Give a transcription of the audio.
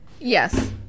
Yes